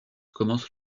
commence